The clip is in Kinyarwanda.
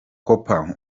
cooper